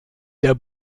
der